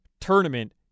tournament